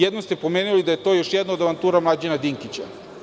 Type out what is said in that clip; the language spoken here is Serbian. Jednom ste pomenuli da je to još jedna od avantura Mlađana Dinkića.